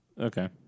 Okay